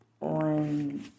on